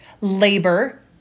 labor